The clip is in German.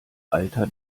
alter